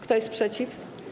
Kto jest przeciw?